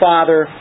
Father